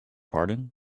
pardon